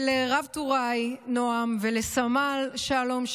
ולרב-טוראי נועם ולסמל שלום,